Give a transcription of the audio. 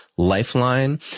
Lifeline